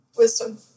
Wisdom